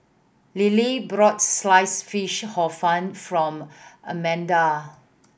Lilie brought Sliced Fish Hor Fun from Almedia